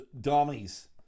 dummies